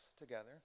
together